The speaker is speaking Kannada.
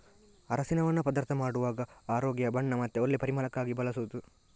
ಅರಸಿನವನ್ನ ಪದಾರ್ಥ ಮಾಡುವಾಗ ಆರೋಗ್ಯ, ಬಣ್ಣ ಮತ್ತೆ ಒಳ್ಳೆ ಪರಿಮಳಕ್ಕಾಗಿ ಬಳಸುದು